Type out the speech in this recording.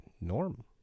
norm